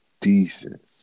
Decent